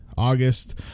August